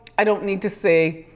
i don't need to see.